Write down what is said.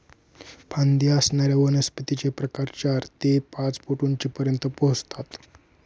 फांदी असणाऱ्या वनस्पतींचे प्रकार चार ते पाच फूट उंचीपर्यंत पोहोचतात